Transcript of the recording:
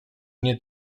nie